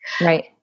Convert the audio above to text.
Right